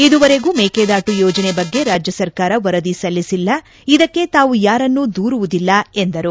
ಇದುವರೆಗೂ ಮೇಕೆದಾಟು ಯೋಜನೆ ಬಗ್ಗೆ ರಾಜ್ಯ ಸರ್ಕಾರ ವರದಿ ಸಲ್ಲಿಸಿಲ್ಲ ಇದಕ್ಕೆ ತಾವೂ ಯಾರನ್ನು ದೂರುವುದಿಲ್ಲ ಎಂದರು